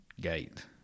gate